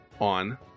on